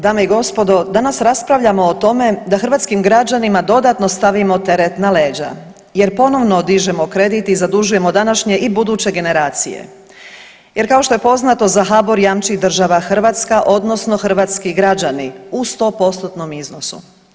Dame i gospodo, danas raspravljamo o tome da hrvatskim građanima dodatno stavimo teret na leđa jer ponovno dižemo kredit i zadužujemo današnje i buduće generacije, jer, kao što je poznato, za HBOR jamči država Hrvatska, odnosno hrvatski građani u 100%-tnom iznosu.